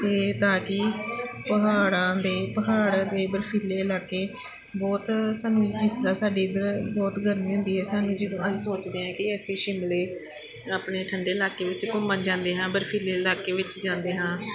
ਅਤੇ ਤਾਂ ਕਿ ਪਹਾੜਾਂ ਦੇ ਪਹਾੜਾਂ ਦੇ ਬਰਫੀਲੇ ਇਲਾਕੇ ਬਹੁਤ ਸਾਨੂੰ ਜਿਸ ਤਰ੍ਹਾਂ ਸਾਡੇ ਇੱਧਰ ਬਹੁਤ ਗਰਮੀ ਹੁੰਦੀ ਹੈ ਸਾਨੂੰ ਜਦੋਂ ਅਸੀਂ ਸੋਚਦੇ ਹਾਂ ਕਿ ਅਸੀਂ ਸ਼ਿਮਲੇ ਆਪਣੇ ਠੰਢੇ ਇਲਾਕੇ ਵਿੱਚ ਘੁੰਮਣ ਜਾਂਦੇ ਹਾਂ ਬਰਫੀਲੇ ਇਲਾਕੇ ਵਿੱਚ ਜਾਂਦੇ ਹਾਂ